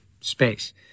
space